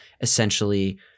essentially